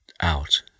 out